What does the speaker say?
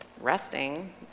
resting